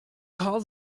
call